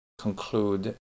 conclude